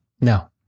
No